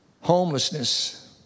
Homelessness